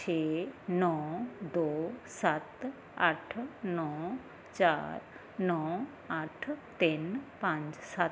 ਛੇ ਨੌਂ ਦੋ ਸੱਤ ਅੱਠ ਨੌਂ ਚਾਰ ਨੌਂ ਅੱਠ ਤਿੰਨ ਪੰਜ ਸੱਤ